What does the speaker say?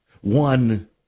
One